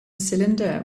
cylinder